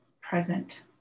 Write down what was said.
present